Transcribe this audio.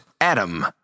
Adam